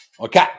okay